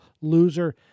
loser –